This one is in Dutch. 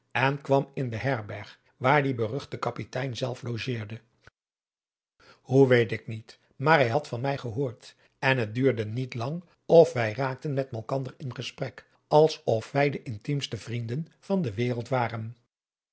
kwam in de herberg waar die beruchte kapitein zelf logeerde hoe weet ik niet maar hij had van mij gehoord en het duurde niet lang of wij raakten met malkander in gesprek als of wij de intiemste vrienden van de wereld waren